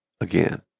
again